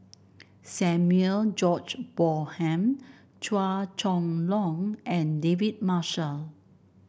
Samuel George Bonham Chua Chong Long and David Marshall